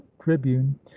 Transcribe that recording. tribune